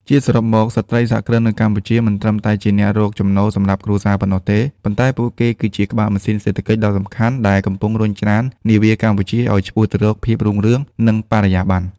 ជាសរុបមក ស្ត្រីសហគ្រិននៅកម្ពុជាមិនត្រឹមតែជាអ្នករកចំណូលសម្រាប់គ្រួសារប៉ុណ្ណោះទេ ប៉ុន្តែពួកគេគឺជាក្បាលម៉ាស៊ីនសេដ្ឋកិច្ចដ៏សំខាន់ដែលកំពុងរុញច្រាននាវាកម្ពុជាឱ្យឆ្ពោះទៅរកភាពរុងរឿង និងបរិយាបន្ន។